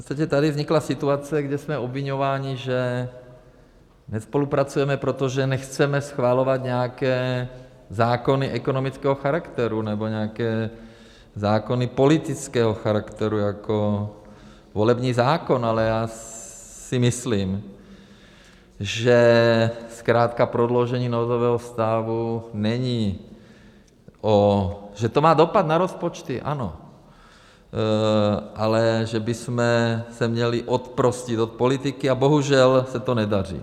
Protože tady vznikla situace, kdy jsme obviňováni, že nespolupracujeme, protože nechceme schvalovat nějaké zákony ekonomického charakteru nebo nějaké zákony politického charakteru jako volební zákon, ale já si myslím, že zkrátka prodloužení nouzového stavu není o že to má dopad na rozpočty, ano, ale že bychom se měli oprostit od politiky, a bohužel se to nedaří.